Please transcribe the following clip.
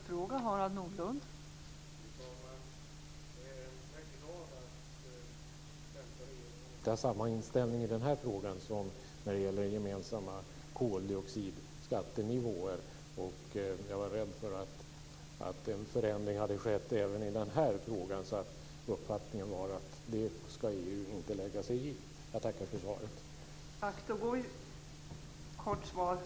Fru talman! Jag är glad att den svenska regeringen inte har samma inställning i den här frågan som när det gäller gemensamma koldioxidskattenivåer. Jag var rädd för att en förändring hade skett även i den här frågan så att uppfattningen var att EU inte ska lägga sig i det. Jag tackar för svaret.